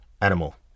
animal